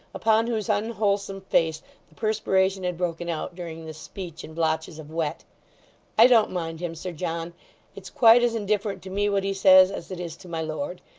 upon whose unwholesome face the perspiration had broken out during this speech, in blotches of wet i don't mind him, sir john it's quite as indifferent to me what he says, as it is to my lord.